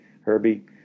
Herbie